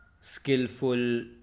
skillful